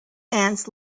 ants